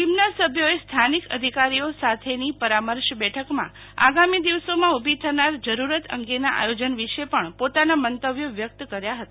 ટીમના સભ્યોએ સ્થાનિક અધિકારીઓ સાથેની પરામર્શ બેઠકમાં આગામી દિવસોમાં ઉભી થનાર જરુરત અંગેના આયોજન વીશે પણ પોતાના મંતવ્ય વ્યક્ત કર્યા હતા